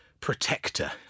Protector